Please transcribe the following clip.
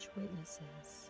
witnesses